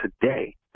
today